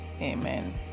Amen